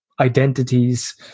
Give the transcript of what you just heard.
identities